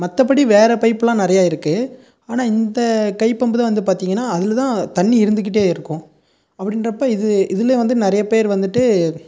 மற்றபடி வேறு பைப்பெலாம் நிறையா இருக்குது ஆனால் இந்த கை பம்புதான் வந்து பார்த்திங்கனா அதில்தான் தண்ணி இருந்துகிட்டே இருக்கும் அப்படின்றப்ப இது இதுலையும் வந்து நிறைய பேர் வந்துட்டு